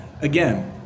again